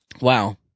Wow